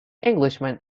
englishman